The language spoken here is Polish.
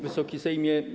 Wysoki Sejmie!